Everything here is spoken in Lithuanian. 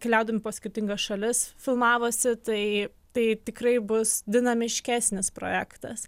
keliaudami po skirtingas šalis filmavosi tai tai tikrai bus dinamiškesnis projektas